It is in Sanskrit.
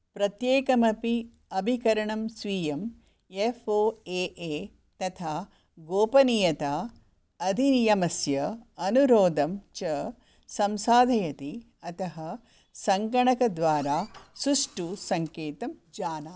प्रत्येकमपि अभिकरणं स्वीयं एफ़् ओ ए ए तथा गोपनीयता अधिनियमस्य अनुरोदं च संसाधयति अतः सङ्गणकद्वारा सुष्ठु सङ्केतं जानातु